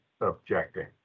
objecting